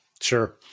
Sure